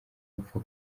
wapfa